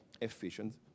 efficient